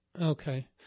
Okay